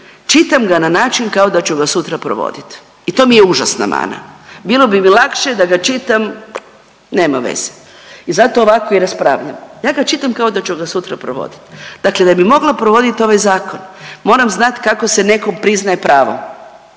čitam ga na način kao da ću ga sutra provoditi i to mi je užasna mana. Bilo bi mi lakše da ga čitam nema veze i zato ovako i raspravljam. Ja ga čitam kao da ću ga sutra provoditi. Dakle, da bi mogla provoditi ovaj zakon moram znati kako se neko priznaje pravo,